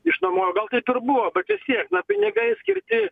išnuomojo gal taip ir buvo bet vis tiek na pinigai skirti